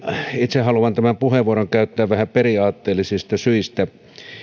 itse haluan tämän puheenvuoron käyttää vähän periaatteellisista syistä